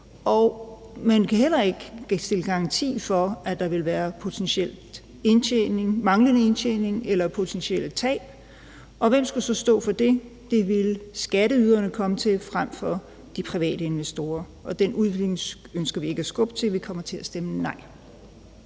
Man kan heller ikke stille garanti for, at der vil være manglende indtjening eller potentielle tab, og hvem skulle så står for det? Det ville skatteyderne komme til frem for de private investorer, og den udvikling ønsker vi ikke at skubbe til. Vi stemmer nej.